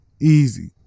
easy